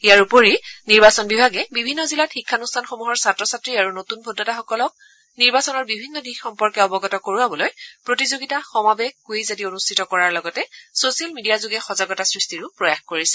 ইয়াৰ উপৰি নিৰ্বাচন বিভাগে বিভিন্ন জিলাত শিক্ষানুষ্ঠানসমূহৰ ছাত্ৰ ছাত্ৰী আৰু নতুন ভোটদাতাসকলক নিৰ্বাচনৰ বিভিন্ন দিশ সম্পৰ্কে অৱগত কৰোৱাবলৈ প্ৰতিযোগিতা সমাবেশ কৃইজ আদি অনুষ্ঠিত কৰাৰ লগতে চছিয়েল মিডিয়াযোগে সজাগতা সৃষ্টি কৰিছে